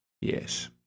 yes